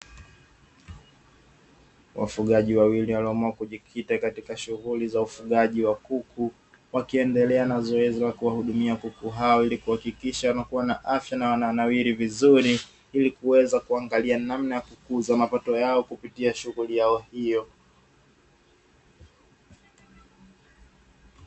Wafugaji wawili walioamua kujikita katika shughuli za ufugaji wa kuku wakiendelea na zoezi la kuwahudumia kuku hao ili kuhakikisha wanakua na afya na wananawiri vizuri, ili kuweza kuangalia namna ya kukuza mapato yao kupitia shughuli yao hiyo.